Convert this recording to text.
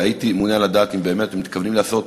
והייתי מעוניין לדעת אם הם באמת מתכוונים לעשות